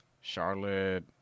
Charlotte